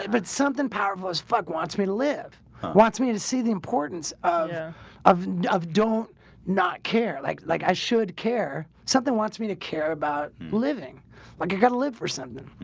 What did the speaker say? but something powerful is fuck wants me live wants me to see the importance of yeah of don't not care like like i should care something wants me to care about living like he's got to live for something